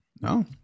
No